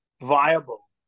viable